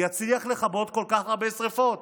יצליח לכבות כל כך הרבה שרפות.